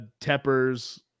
Tepper's –